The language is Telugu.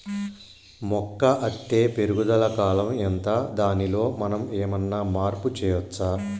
మొక్క అత్తే పెరుగుదల కాలం ఎంత దానిలో మనం ఏమన్నా మార్పు చేయచ్చా?